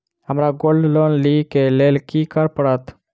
हमरा gold loan लिय केँ लेल की करऽ पड़त?